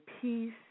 peace